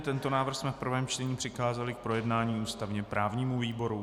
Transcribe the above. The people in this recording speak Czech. Tento návrh jsme v prvém čtení přikázali k projednání ústavněprávnímu výboru.